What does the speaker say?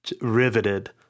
riveted